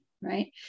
Right